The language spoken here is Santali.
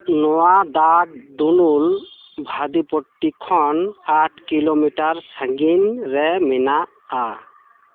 ᱱᱚᱶᱟ ᱫᱟᱜ ᱫᱩᱱᱩᱞ ᱵᱷᱟᱫᱤᱯᱚᱴᱴᱤ ᱠᱷᱚᱱ ᱟᱴ ᱠᱤᱞᱳᱢᱤᱴᱟᱨ ᱥᱟᱹᱜᱤᱧ ᱨᱮ ᱢᱮᱱᱟᱜᱼᱟ